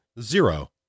zero